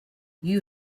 you